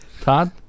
Todd